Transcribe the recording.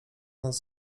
nas